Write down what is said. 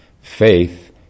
Faith